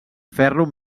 ferro